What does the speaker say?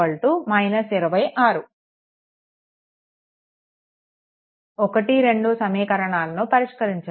1 2 సమీకరణాలను పరిష్కరించండి